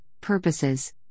purposes